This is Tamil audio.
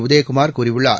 உதயகுமார் கூறியுள்ளார்